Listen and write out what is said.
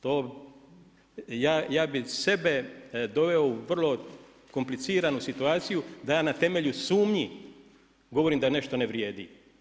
To, ja bih sebe doveo u vrlo kompliciranu situaciju, da ja na temelju sumnji govorim da nešto ne vrijedi.